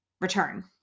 return